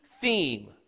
theme